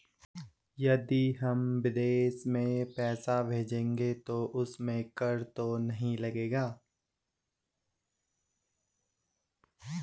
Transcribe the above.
यदि हम विदेश में पैसे भेजेंगे तो उसमें कर तो नहीं लगेगा?